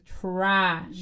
trash